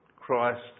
Christ